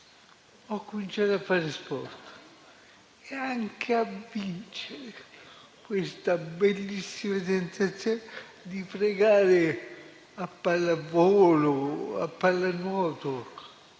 Ho cominciato a fare sport e anche a vincere: questa bellissima sensazione di fregare, a pallavolo o a pallanuoto,